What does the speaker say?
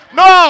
no